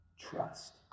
trust